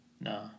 No